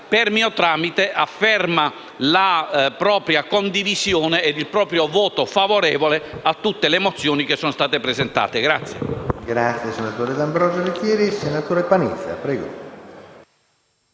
per mio tramite afferma la propria condivisione e il proprio voto favorevole a tutte le mozioni che sono state presentate.